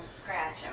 scratch